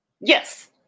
Yes